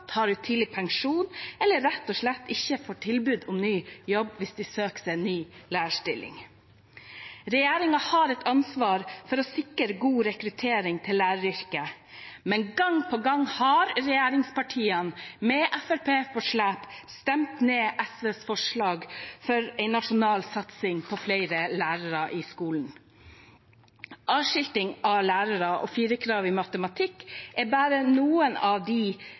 tar ut tidlig pensjon eller rett og slett ikke får tilbud om ny jobb hvis de søker seg ny lærerstilling. Regjeringen har et ansvar for å sikre god rekruttering til læreryrket. Gang på gang har regjeringspartiene, med Fremskrittspartiet på slep, stemt ned SVs forslag om en nasjonal satsing for flere lærere i skolen. Avskilting av lærere og firerkrav i matematikk er bare noen av de